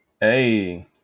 Hey